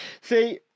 see